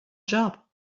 job